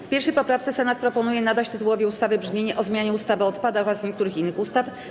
W 1. poprawce Senat proponuje nadać tytułowi ustawy brzmienie: „o zmianie ustawy o odpadach oraz niektórych innych ustaw”